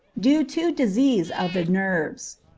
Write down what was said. due to disease of the nerves.